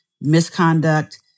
misconduct